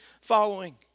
following